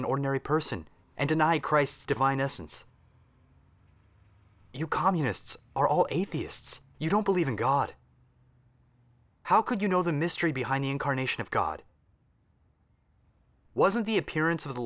an ordinary person and deny christ's divine essence you communists are all atheists you don't believe in god how could you know the mystery behind the incarnation of god wasn't the appearance of the